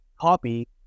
copy